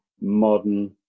modern